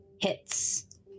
hits